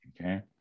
okay